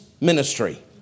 ministry